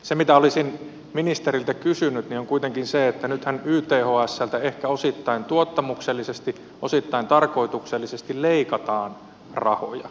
se mitä olisin ministeriltä kysynyt on kuitenkin se että nythän ythsltä ehkä osittain tuottamuksellisesti osittain tarkoituksellisesti leikataan rahoja